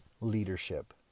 leadership